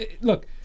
Look